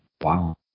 Wow